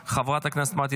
חברת הכנסת אורית פרקש הכהן,